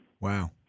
Wow